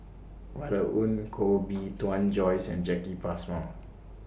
Violet Oon Koh Bee Tuan Joyce and Jacki Passmore